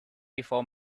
before